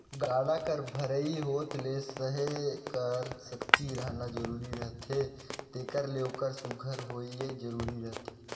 गाड़ा कर भरई होत ले सहे कर सकती रहना जरूरी रहथे तेकर ले ओकर सुग्घर होवई जरूरी रहथे